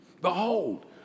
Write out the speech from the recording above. Behold